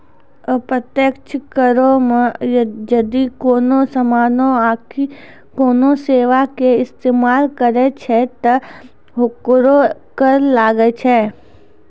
अप्रत्यक्ष करो मे जदि कोनो समानो आकि कोनो सेबा के इस्तेमाल करै छै त ओकरो कर लागै छै